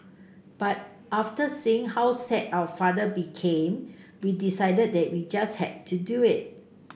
but after seeing how sad our father became we decided that we just had to do it